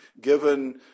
given